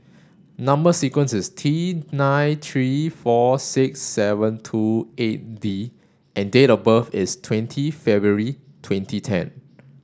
number sequence is T nine three four six seven two eight D and date of birth is twentieth February twenty ten